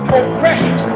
oppression